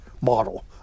model